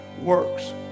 works